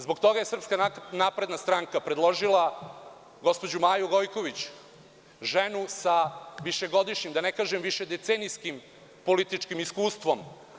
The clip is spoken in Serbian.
Zbog toga je SNS predložila gospođu Maju Gojković, ženu sa višegodišnjim, da ne kažem višedecenijskim političkim iskustvom.